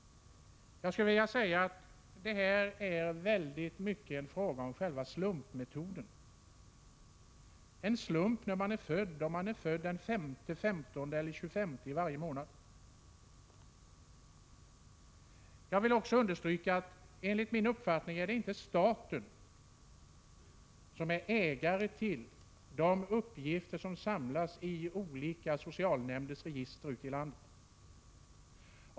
Jag skulle vilja säga att det i det här fallet väldigt mycket är en fråga om en slumpmässig metod. Av en slump skall alltså en människas födelsedatum — den 5, 15 eller 25 vara avgörande. Vidare vill jag understryka — det är min uppfattning — att staten inte är ägare till de uppgifter som samlas i olika register hos socialnämnder ute i landet.